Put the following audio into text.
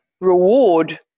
reward